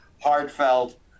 heartfelt